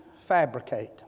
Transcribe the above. fabricate